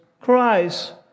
Christ